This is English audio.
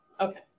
Okay